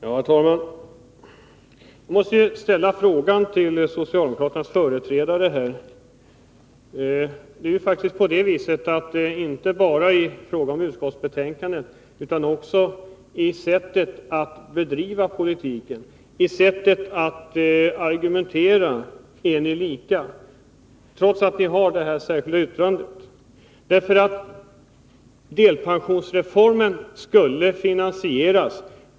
Herr talman! Jag måste ställa en fråga till socialdemokraternas företrädare i detta sammanhang. Det är faktiskt inte bara i fråga om utskottsskrivningen utan också i sättet att bedriva politiken och att argumentera som ni är lika. Detta gäller även om man tar hänsyn till ert särskilda yttrande.